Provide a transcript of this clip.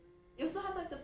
mm